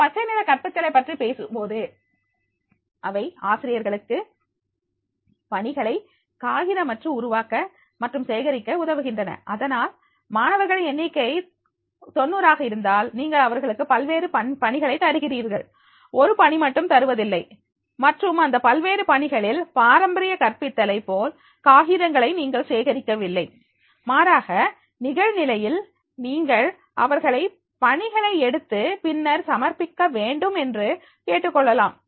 நாம் பச்சை நிற கற்பித்தலை பற்றி பேசும்போது அவை ஆசிரியர்களுக்கு பணிகளை காகிதமற்று உருவாக்க மற்றும் சேகரிக்க உதவுகின்றன அதனால் மாணவர்களின் எண்ணிக்கை 90 ஆக இருந்தால் நீங்கள் அவர்களுக்கு பல்வேறு பணிகளை தருகிறீர்கள் ஒரு பணி மட்டும் தருவதில்லை மற்றும் அந்த பல்வேறு பணிகளில் பாரம்பரிய கற்பித்தலை போல் காகிதங்களை நீங்கள் சேகரிக்கவில்லை மாறாக நிகழ்நிலையில் நீங்கள் அவர்களை பணிகளை எடுத்து பின்னர் சமர்ப்பிக்க வேண்டும் என்று கேட்டுக் கொள்ளலாம்